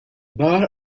bar